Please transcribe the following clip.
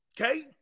Okay